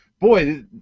boy